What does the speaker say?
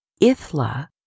Ithla